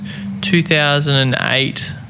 2008